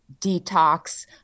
detox